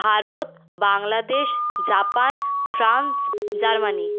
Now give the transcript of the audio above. Bharat Bangladesh Japan France Germany